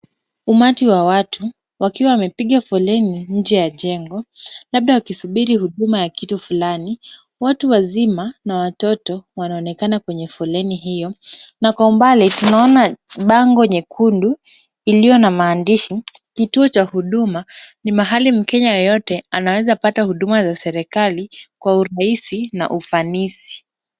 Umati wa watu wakiwa wamepiga foleni nje ya jengo labda wakisubiri huduma ya kitu fulani. Watu wazima na watoto wanaonekana kwenye foleni hiyo na kwa umbali tunaona bango nyekundu iliyo na maandishi kituo cha huduma ni mahali Mkenya yoyote anaweza pata huduma za serikali kwa urahisi na ufanisi.